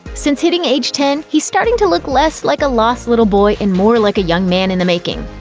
since hitting age ten, he's starting to look less like a lost little boy and more like a young man in the making.